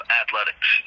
athletics